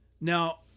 Now